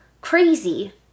crazy